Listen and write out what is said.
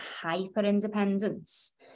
hyper-independence